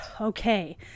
Okay